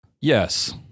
yes